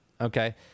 okay